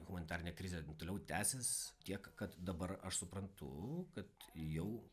humanitarinė krizė toliau tęsis tiek kad dabar aš suprantu kad jau